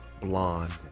blonde